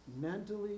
mentally